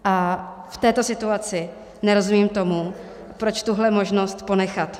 V této situaci nerozumím tomu, proč tuhle možnost ponechat.